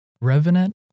Revenant